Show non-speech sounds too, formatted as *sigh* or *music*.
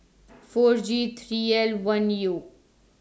*noise* four G three L one U